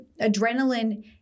adrenaline